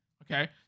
Okay